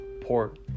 Port